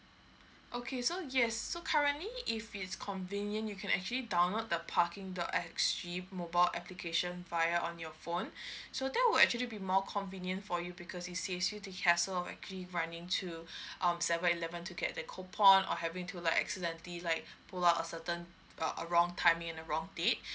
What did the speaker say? okay so yes so currently if it's convenient you can actually download the parking dot S_G mobile application via on your phone so that would actually be more convenient for you because it saved you the hassle actually running to um seven eleven to get the coupon or having to like accidentally like pull out a certain err a wrong timing in a wrong date